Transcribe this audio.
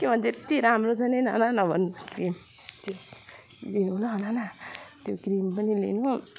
के भन्छ यत्ति राम्रो छ नि नाना नभन्नू क्रिम त्यो लिनू ल नाना त्यो क्रिम पनि लिनू